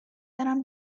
برم